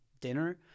dinner